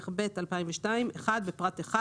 התשס"ב-2002 בפרט 1